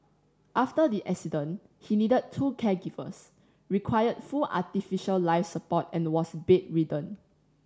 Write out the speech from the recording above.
after the accident he needed two caregivers required full artificial life support and was bedridden